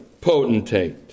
potentate